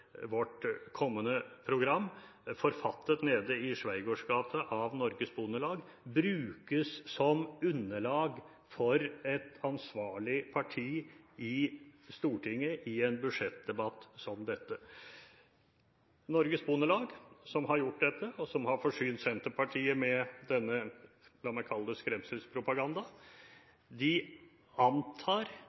vårt kommende program, forfattet av Norges Bondelag i Schweigaardsgate, brukes som underlag for et ansvarlig parti i Stortinget i en budsjettdebatt som dette. Norges Bondelag, som har gjort dette, og som har forsynt Senterpartiet med denne – la meg kalle det – skremselspropaganda, antar